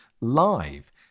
live